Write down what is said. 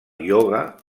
ioga